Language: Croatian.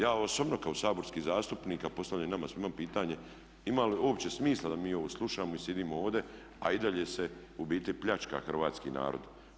Ja osobno kao saborski zastupnik a postavljam i nama svima pitanje imali uopće smisla da mi ovo slušamo i sjedimo ovdje a i dalje se u biti pljačka hrvatski narod?